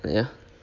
ya